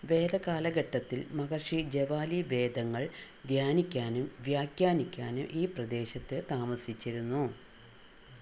വേദകാലഘട്ടത്തിൽ മഹർഷി ജവാലി വേദങ്ങൾ ധ്യാനിക്കാനും വ്യാഖ്യാനിക്കാനും ഈ പ്രദേശത്ത് താമസിച്ചിരുന്നു